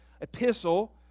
epistle